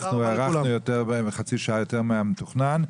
אנחנו הארכנו בחצי שעה יותר מהמתוכנן.